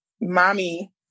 mommy